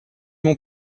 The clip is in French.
mon